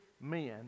men